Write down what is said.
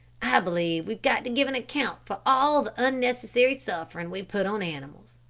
i believe we've got to give an account for all the unnecessary suffering we put on animals.